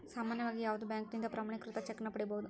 ಸಾಮಾನ್ಯವಾಗಿ ಯಾವುದ ಬ್ಯಾಂಕಿನಿಂದ ಪ್ರಮಾಣೇಕೃತ ಚೆಕ್ ನ ಪಡಿಬಹುದು